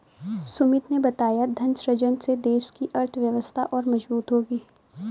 सुमित ने बताया धन सृजन से देश की अर्थव्यवस्था और मजबूत होगी